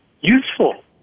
useful